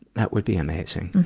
that would be amazing.